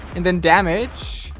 and then damage.